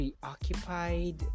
preoccupied